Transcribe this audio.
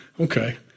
okay